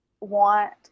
want